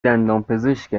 دندانپزشک